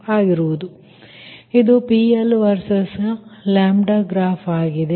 ಆದ್ದರಿಂದ ಇದು PL versus λ graph ಆಗಿದೆ